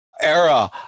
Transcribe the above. era